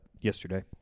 yesterday